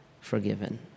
forgiven